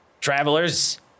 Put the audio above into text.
travelers